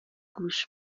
گوش